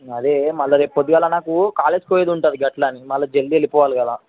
అదే మళ్ళా రేపు పొద్దుగాల నాకు కాలేజ్కి పోయేది ఉంటుంది గట్ల అని మళ్ళా జల్దీ వెళ్ళిపోవాలి కదా